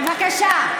בבקשה.